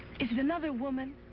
is it another woman?